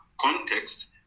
context